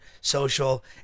social